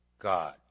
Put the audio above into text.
God